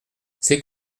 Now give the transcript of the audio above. c’est